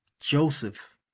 Joseph